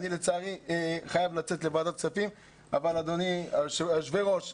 לצערי אני חייב לצאת לוועדת כספים אבל רבותיי יושבי הראש,